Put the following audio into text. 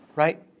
right